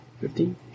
fifteen